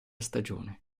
stagione